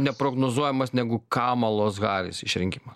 neprognozuojamas negu kamalos haris išrinkimas